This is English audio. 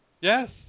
Yes